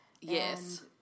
Yes